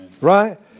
right